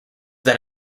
that